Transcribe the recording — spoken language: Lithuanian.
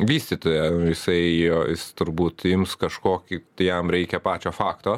vystytoją jisai o jis turbūt ims kažkokį tai jam reikia pačio fakto